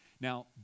Now